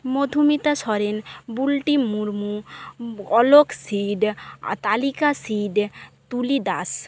মধুমিতা সরেন বুল্টি মুর্মু অলোক সিড তালিকা সিড তুলি দাস